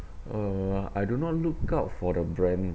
uh I do not look out for the brand